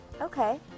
Okay